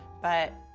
but.